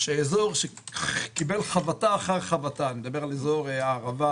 שאזור שקיבל חבטה אחר חבטה אני מדבר על אזור הערבה,